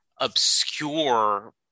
obscure